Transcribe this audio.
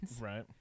Right